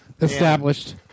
Established